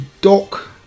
dock